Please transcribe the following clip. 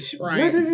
right